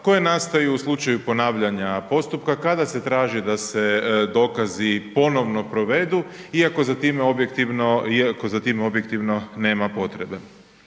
koje nastaju u slučaju ponavljanja postupka kada se traži da se dokazi ponosno provedu iako za time objektivno nema potrebe.